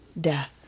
death